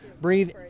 breathe